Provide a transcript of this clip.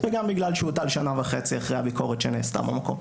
וגם כי הוא הוטל שנה וחצי אחרי הביקורת שנעשתה במקום.